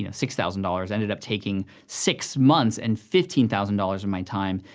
yeah six thousand dollars, ended up taking six months and fifteen thousand dollars of my time,